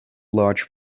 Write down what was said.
large